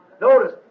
Notice